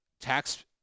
tax